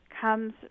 comes